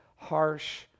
harsh